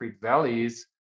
Valleys